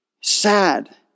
Sad